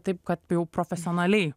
taip kad jau profesionaliai